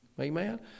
Amen